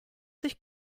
sich